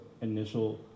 initial